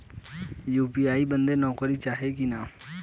UPI बदे नौकरी चाही की ना?